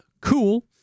cool